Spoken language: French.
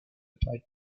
paris